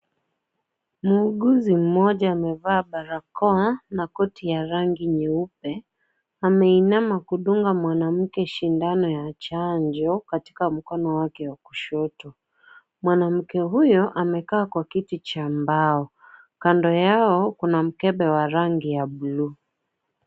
Mhuguzi mmoja amevaa barakoa na koti ya rangi nyeupe. Ameinama kudunga mwanamke sindano ya chanjo katika mkono wake wa kushoto. Mwanamke huyo amekaa kwa kiti cha mbao. Kando Yao, kuna mkebe wa rangi ya blue .